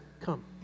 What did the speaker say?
come